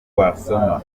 wasoma